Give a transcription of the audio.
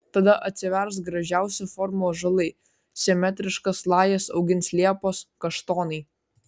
tada atsivers gražiausių formų ąžuolai simetriškas lajas augins liepos kaštonai